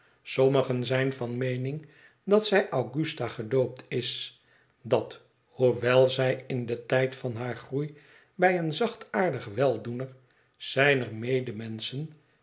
sommigen zijn van meening dat zij augusta gedoopt is dat hoewel zij in don tijd van haar groei bij een zachtaardig weldoener zijner